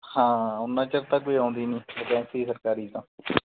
ਹਾਂ ਉੱਨਾ ਚਿਰ ਤਾਂ ਕੋਈ ਆਉਂਦੀ ਨਹੀਂ ਵਕੈਂਸੀ ਸਰਕਾਰੀ ਤਾਂ